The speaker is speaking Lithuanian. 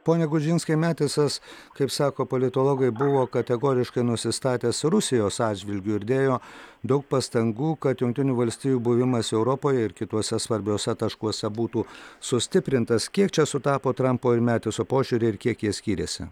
pone gudžinskai metisas kaip sako politologai buvo kategoriškai nusistatęs rusijos atžvilgiu ir dėjo daug pastangų kad jungtinių valstijų buvimas europoje ir kituose svarbiuose taškuose būtų sustiprintas kiek čia sutapo trampo ir metisio požiūriai ir kiek jie skyrėsi